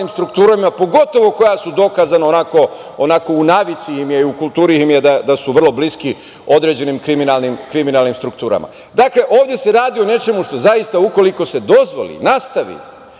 strukturama, pogotovo kojima je onako u navici, u kulturi da su vrlo bliski određenim kriminalnim strukturama. Dakle, ovde se radi o nečemu što zaista ukoliko se dozvoli, nastavi,